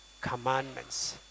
commandments